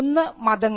ഒന്ന് മതങ്ങൾ